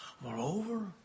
Moreover